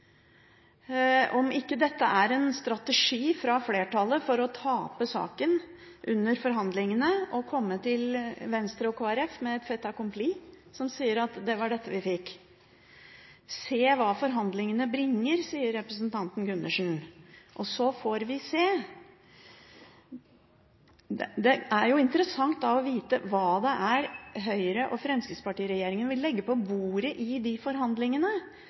om ikke dette er en strategi fra flertallet for å tape saken under forhandlingene, og komme til Venstre og Kristelig Folkeparti med et fait accompli, som sier at det var dette vi fikk. «Så får vi jo se hva forhandlingene bringer», sier representanten Gundersen – og så «får vi se». Det er da interessant å vite hva Høyre–Fremskrittsparti-regjeringen vil legge på bordet i de forhandlingene,